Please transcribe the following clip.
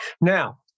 Now